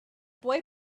boy